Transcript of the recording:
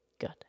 Good